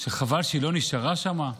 חבל שהיא לא נשארה שם.